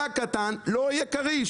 דג קטן לא יהיה כריש,